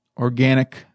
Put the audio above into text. organic